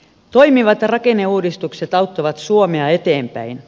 toimivat rakenneuudistukset auttavat suomea eteenpäin